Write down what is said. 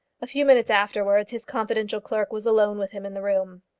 a few minutes afterwards his confidential clerk was alone with him in the room.